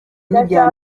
n’ibya